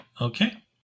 Okay